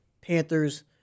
Panthers